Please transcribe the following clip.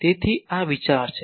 તેથી આ વિચાર છે